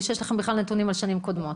שיש לכם בכלל נתונים על שנים קודמות?